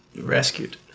rescued